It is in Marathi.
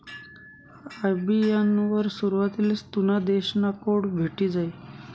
आय.बी.ए.एन वर सुरवातलेच तुना देश ना कोड भेटी जायी